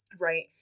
Right